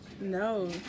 No